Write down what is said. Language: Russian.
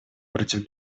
против